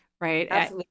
Right